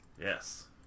Yes